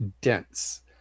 dense